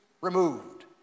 removed